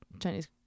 Chinese